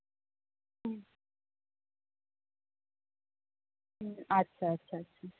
ᱦᱩᱸ ᱦᱩᱸ ᱟᱪᱪᱷᱟ ᱟᱪᱪᱷᱟ